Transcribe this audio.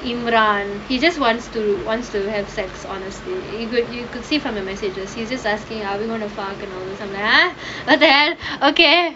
he just wants to wants to have sex honestly you could you could see from the messages he just asking are we going to fuck and all I am like !(huh)! what the hell okay